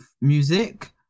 music